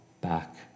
back